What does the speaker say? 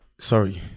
Sorry